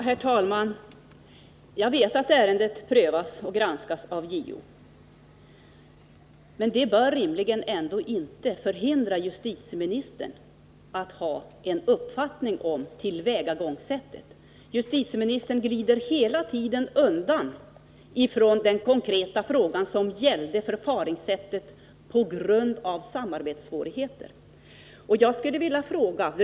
Herr talman! Jag vet att ärendet granskas av JO, men det bör rimligen inte hindra justitieministern att ha en uppfattning om tillvägagångssättet. Justitieministern glider hela tiden undan från den konkreta frågan, som gällde att förfaringssättet grundade sig på samarbetssvårigheter.